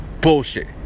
Bullshit